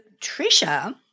Trisha